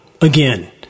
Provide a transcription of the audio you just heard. again